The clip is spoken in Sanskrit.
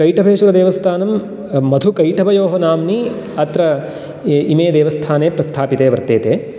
कैटभेश्वरदेवस्तानं मधुकैटभयोः नाम्नि अत्र इमे देवस्थाने प्रस्थापिते वर्तेते